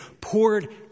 poured